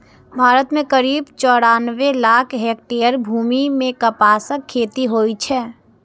भारत मे करीब चौरानबे लाख हेक्टेयर भूमि मे कपासक खेती होइ छै